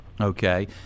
okay